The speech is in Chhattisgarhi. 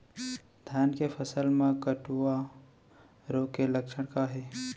धान के फसल मा कटुआ रोग के लक्षण का हे?